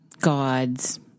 gods